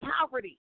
poverty